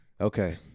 Okay